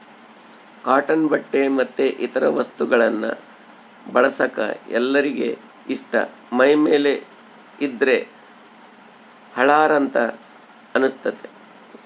cotton ಬಟ್ಟೆ ಮತ್ತೆ ಇತರ ವಸ್ತುಗಳನ್ನ ಬಳಸಕ ಎಲ್ಲರಿಗೆ ಇಷ್ಟ ಮೈಮೇಲೆ ಇದ್ದ್ರೆ ಹಳಾರ ಅಂತ ಅನಸ್ತತೆ